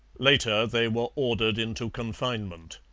later they were ordered into confinement.